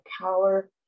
power